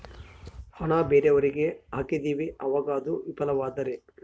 ಹಣ ಬೇರೆಯವರಿಗೆ ಹಾಕಿದಿವಿ ಅವಾಗ ಅದು ವಿಫಲವಾದರೆ?